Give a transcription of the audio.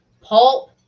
Pulp